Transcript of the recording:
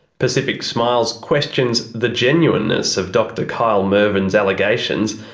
pacific smiles questions the genuineness of dr kyle mervin's allegations,